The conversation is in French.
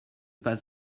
pas